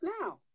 now